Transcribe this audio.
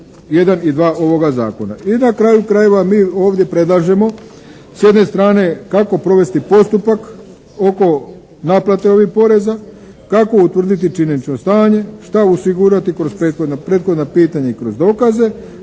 I na kraju krajeva mi ovdje predlažemo s jedne strane kako provesti postupak oko naplate ovih poreza, kako utvrditi činjenično stanje, šta osigurati kroz 5 godina prethodna pitanja i kroz